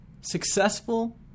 Successful